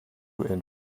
and